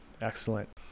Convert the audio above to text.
excellent